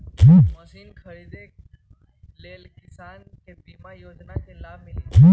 Machine खरीदे ले किसान के बीमा योजना के लाभ मिली?